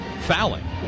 fouling